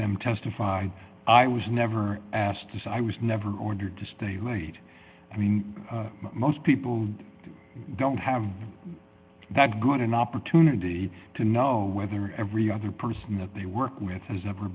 them testify i was never asked this i was never ordered to stay late i mean most people don't have that good an opportunity to know whether every other person that they work with has ever